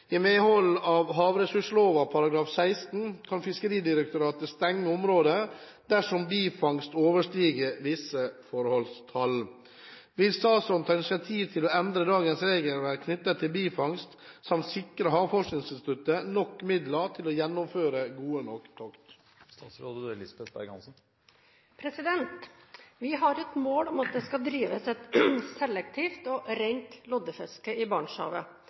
I medhold av havressurslova § 16 kan Fiskeridirektoratet stenge områder dersom bifangst overstiger visse forholdstall. Vil statsråden ta initiativ til å endre dagens regelverk knyttet til bifangst samt sikre Havforskningsinstituttet nok midler til å gjennomføre gode nok tokt?» Vi har et mål om at det skal drives et selektivt og rent loddefiske i Barentshavet.